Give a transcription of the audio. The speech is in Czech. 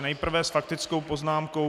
Nejprve s faktickou poznámkou...